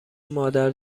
مادر